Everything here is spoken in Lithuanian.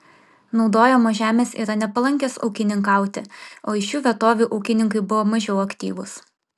naudojamos žemės yra nepalankios ūkininkauti o iš šių vietovių ūkininkai buvo mažiau aktyvūs